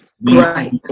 right